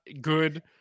good